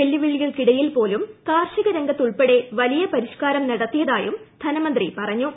വെല്ലുവിളികൾക്കിടയിൽ covid പോലും കാർഷികരംഗത്തുൾപ്പെടെ വലിയ പരിഷ്കാരം നടത്തിയ തായും ധനമന്ത്രി പറഞ്ഞു